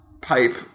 pipe